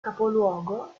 capoluogo